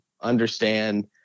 understand